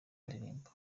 w’indirimbo